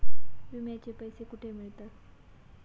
विम्याचे पैसे कुठे मिळतात?